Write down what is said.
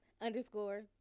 underscore